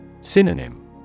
Synonym